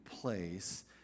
place